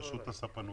ברשות הספנות.